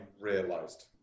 realised